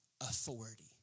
authority